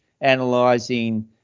analyzing